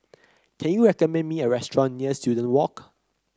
can you recommend me a restaurant near Student Walk